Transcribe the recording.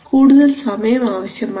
കൂടുതൽ സമയം ആവശ്യമാണ്